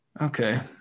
okay